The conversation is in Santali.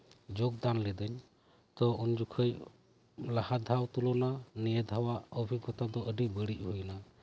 ᱡᱳᱜᱽᱫᱟᱱ ᱞᱤᱫᱟᱹᱧ ᱛᱚ ᱩᱱ ᱡᱚᱠᱷᱮᱡ ᱞᱟᱦᱟ ᱫᱷᱟᱣᱟᱜ ᱛᱩᱞᱚᱱᱟ ᱱᱤᱭᱟᱹ ᱫᱷᱟᱣᱟᱜ ᱚᱵᱷᱤᱜᱽᱜᱚᱛᱟ ᱫᱚ ᱟᱹᱰᱤ ᱵᱟᱹᱲᱤᱡ ᱦᱩᱭ ᱮᱱᱟ